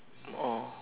or